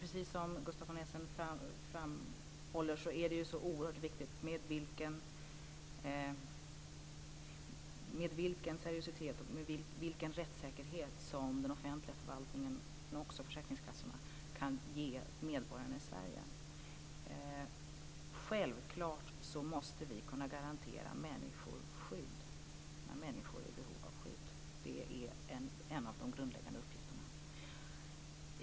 Precis som Gustaf von Essen framhåller är det oerhört viktigt med seriositet och vilken rättssäkerhet som den offentliga förvaltningen men också försäkringskassorna kan ge medborgarna i Sverige. Vi måste självklart kunna garantera människor skydd när de är i behov av det. Det är en av de grundläggande uppgifterna.